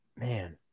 Man